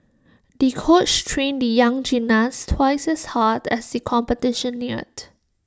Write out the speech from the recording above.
the coach trained the young gymnast twice as hard as the competition neared